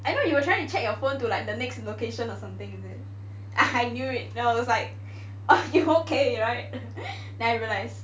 I know you were trying to check your phone to like the next location or something is it I knew it then I was like okay right then I realise